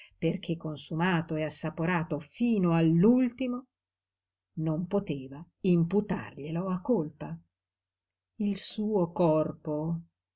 perché consumato e assaporato fino all'ultimo non poteva imputarglielo a colpa il suo corpo